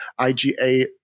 IGA